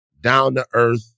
down-to-earth